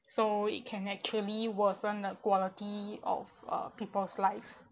so it can actually worsen a quality of uh people's lives